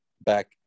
back